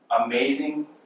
amazing